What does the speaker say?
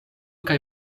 kaj